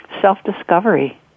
self-discovery